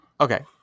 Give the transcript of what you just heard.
okay